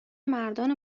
مردان